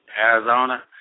Arizona